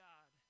God